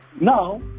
now